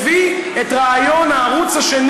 אתם מוכרים את הכול לערוץ 20,